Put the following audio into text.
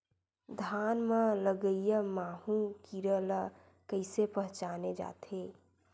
धान म लगईया माहु कीरा ल कइसे पहचाने जाथे?